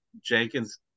Jenkins